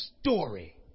story